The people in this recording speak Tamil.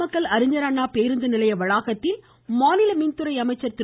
நாமக்கல் அறிஞர் அண்ணா பேருந்து நிலைய வளாகத்தில் மாநில மின்துறை அமைச்சர் திரு